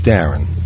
Darren